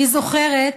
אני זוכרת,